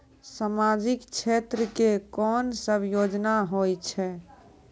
समाजिक क्षेत्र के कोन सब योजना होय छै?